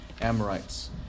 Amorites